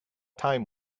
time